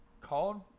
called